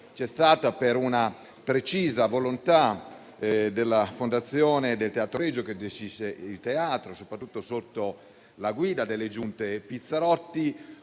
c'è stata, per una precisa volontà della Fondazione del Teatro Regio, soprattutto sotto la guida delle giunte Pizzarotti,